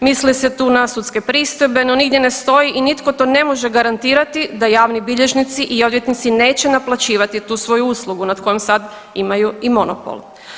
Misli li se tu na sudske pristojbe no nigdje ne stoji i nitko to ne može garantirati da javni bilježnici i odvjetnici neće naplaćivati tu svoju uslugu nad kojom sad imaju i monopol.